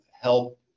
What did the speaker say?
help